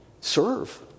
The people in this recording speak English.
Serve